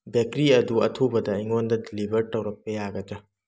bakery ꯑꯗꯨ ꯑꯊꯨꯕꯗ ꯑꯩꯉꯣꯟꯗ ꯗꯤꯂꯤꯚꯔ ꯇꯧꯔꯛꯄ ꯌꯥꯒꯗ꯭ꯔꯥ